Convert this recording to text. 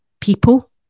people